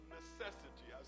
necessity